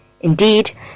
Indeed